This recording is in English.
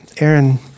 Aaron